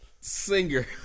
Singer